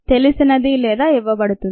తెలిసినది లేదా ఇవ్వబడుతుంది